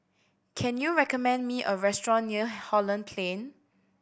can you recommend me a restaurant near Holland Plain